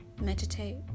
meditate